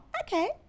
okay